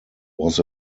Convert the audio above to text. was